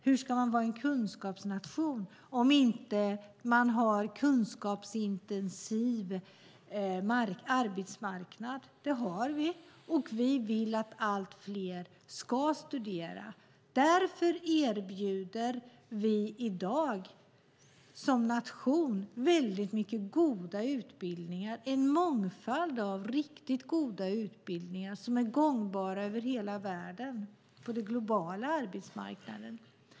Hur ska man vara en kunskapsnation om man inte har en kunskapsintensiv arbetsmarknad? Det har vi. Vi vill att allt fler ska studera. Därför erbjuder vi i dag som nation en mångfald av riktigt goda utbildningar som är gångbara över hela världen på den globala arbetsmarknaden.